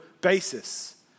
basis